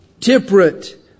temperate